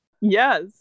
yes